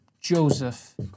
Joseph